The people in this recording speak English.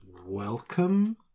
welcome